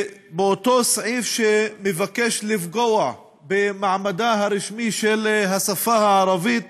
באותו סעיף שמבקש לפגוע במעמדה הרשמי של השפה הערבית